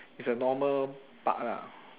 it's a normal park ah